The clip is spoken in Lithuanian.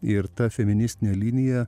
ir ta feministinė linija